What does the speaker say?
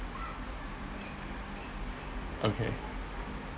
okay